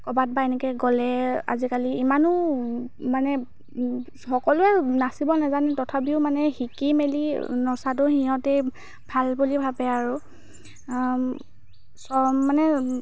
ক'ৰবাত বা এনেকৈ গ'লে আজিকালি ইমানো মানে সকলোৱে নাচিব নাজানে তথাপিও মানে শিকি মেলি নচাটো সিহঁতে ভাল বুলি ভাবে আৰু মানে